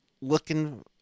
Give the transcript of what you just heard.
looking